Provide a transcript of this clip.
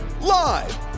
Live